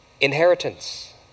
inheritance